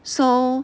so